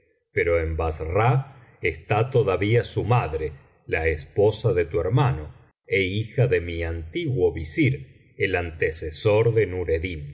pero en bassra está todavía su madre la esposa de tu hermano é hija de mi antiguo visir el antecesor de nureddin